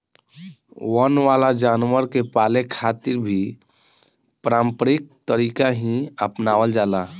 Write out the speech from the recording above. वन वाला जानवर के पाले खातिर भी पारम्परिक तरीका ही आपनावल जाला